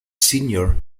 senior